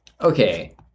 Okay